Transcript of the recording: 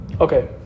okay